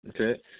okay